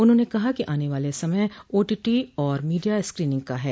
उन्होंने कहा कि आने वाला समय ओटीटी और मीडिया स्क्रीनिंग का है